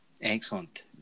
Excellent